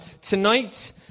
Tonight